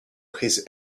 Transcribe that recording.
his